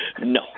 No